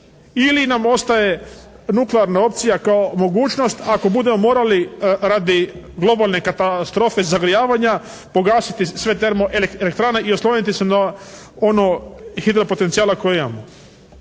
ili nam ostaje nuklearna opcija kao mogućnost ako budemo morali radi globalne katastrofe zagrijavanja pogasiti sve termo elektrane i osloniti se na ono hidropotencijala koje imamo.